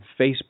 Facebook